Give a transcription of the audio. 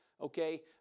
Okay